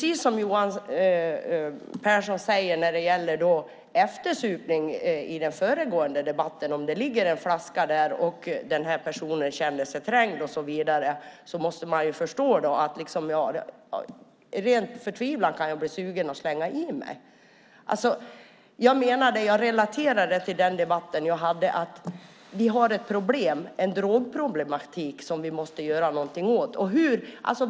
I förra replikskiftet om eftersupning menade Johan Pehrson att om någon vid en trafikolycka känner sig trängd och ser en flaska sprit måste man förstå att denne i ren förtvivlan kan bli sugen och halsa i sig den. Jag relaterar det till avkriminaliseringen av eget bruk. Vi har en drogproblematik som vi måste göra något åt.